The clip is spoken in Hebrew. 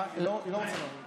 היא לא רוצה לעלות.